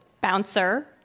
Bouncer